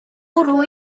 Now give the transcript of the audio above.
bwrw